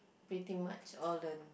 pretty much all the